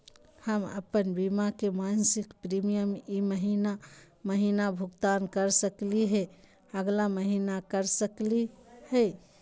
हम अप्पन बीमा के मासिक प्रीमियम ई महीना महिना भुगतान कर सकली हे, अगला महीना कर सकली हई?